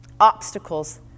obstacles